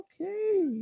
okay